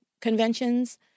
conventions